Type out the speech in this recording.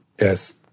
Yes